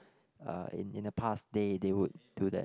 uh in in the past they they would do that